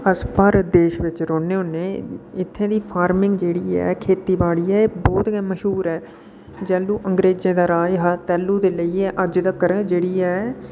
अस भारत देश बिच रौह्न्ने होन्ने इत्थूं दी फार्मिंग जेह्ड़ी ऐ खेती बाड़ी ऐ एह् बहुत गै मश्हूर ऐ जैलूं अगरेंजें दा राज हा तैलूं दा लेइयै अज्ज तक्कर जेह्ड़ी ऐ